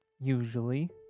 usually